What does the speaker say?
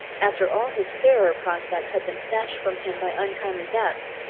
after all his fairer prospects had been snatched from him by untimely deaths,